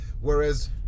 Whereas